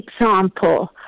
example